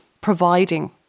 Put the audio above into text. providing